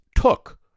took